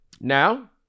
now